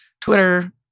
Twitter